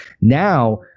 Now